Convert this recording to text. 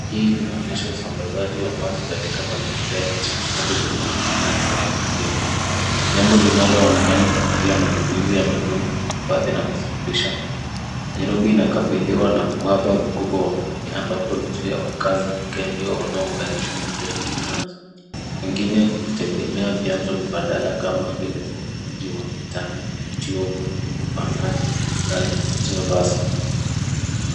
Hii inaonyesha usambazaji wa maji katika mazingira yenye changamoto za upatikanaji hapo, jambo linaonekana kupitia matumizi ya madumu kuhifadhi na kusafirisha maji. Nairobi inakabiliwa na uhaba mkubwa wa maji ambapo nusu ya wakazi wikendi ndio wanaounganisha moja kwa maji, wengi hutegemea vianzo mbadala kama vile wauzaji wa mtaani, vituo maalumu vya maji na zisizo rasmi.